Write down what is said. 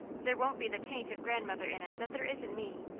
there won't be the taint of grandmother in it that there is in me.